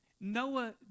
Noah